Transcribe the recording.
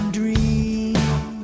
dream